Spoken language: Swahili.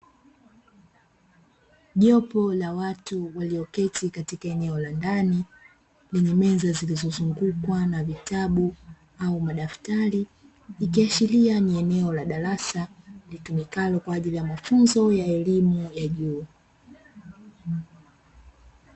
Jopo la watu walioketi katika eneo la ndani lenye meza zilizozungukwa na vitabu au madaftari, ikiashiria ni eneo la darasa litumikalo kwa ajili ya mafunzo ya elimu ya juu.